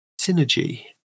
Synergy